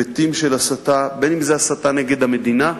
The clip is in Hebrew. היבטים של הסתה, בין אם זה הסתה נגד המדינה,